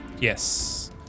Yes